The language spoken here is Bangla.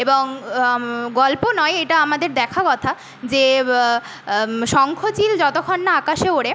এবং গল্প নয় এটা আমাদের দেখা কথা যে শঙ্খচিল যতক্ষণ না আকাশে ওড়ে